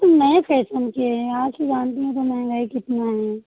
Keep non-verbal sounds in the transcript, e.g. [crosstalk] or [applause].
सब नए फ़ैसन के हैं आप तो जानती हैं [unintelligible] महंगाई कितना है